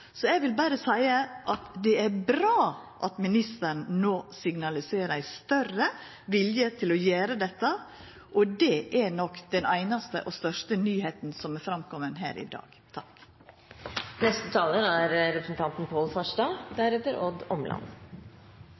så eg vil berre seia at det er bra at ministeren no signaliserer ein større vilje til å gjera dette. Det er nok den einaste og største nyheita som har kome fram her i dag.